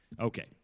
Okay